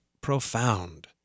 profound